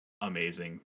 amazing